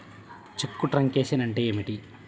చెక్కు truncation అంటే ఏమిటి?